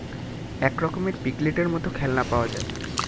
এক রকমের পিগলেটের মত খেলনা পাওয়া যায়